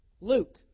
Luke